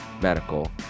Medical